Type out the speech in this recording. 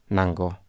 Nango